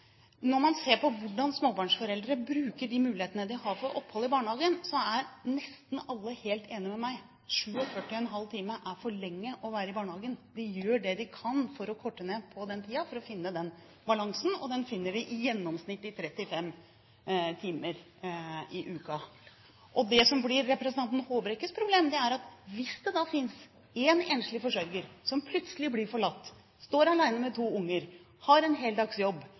når man ser på hvordan småbarnsforeldre bruker de mulighetene de har for opphold i barnehagen, er nesten alle helt enige med meg: 47,5 timer er for lenge å være i barnehagen. De gjør det de kan for å korte ned på den tiden for å finne balansen, og den finner de i gjennomsnitt i 35 timer i uken. Det som blir representanten Håbrekkes problem, er at hvis det da finnes en enslig forsørger som plutselig blir forlatt, står alene med to unger og har en